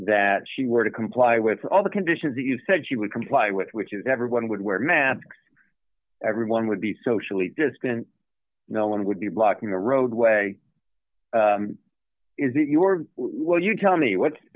that she were to comply with all the conditions that you said she would comply with which is everyone would wear masks everyone would be socially distant no one would be blocking the roadway is that your will you tell me what